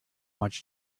much